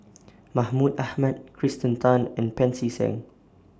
Mahmud Ahmad Kirsten Tan and Pancy Seng